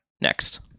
Next